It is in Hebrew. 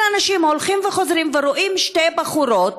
אנשים הולכים וחוזרים ורואים שתי בחורות